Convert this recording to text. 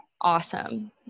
Awesome